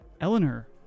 Eleanor